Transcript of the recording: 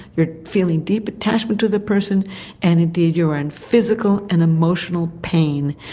you're feeling deep attachment to the person and indeed you're in physical and emotional pain.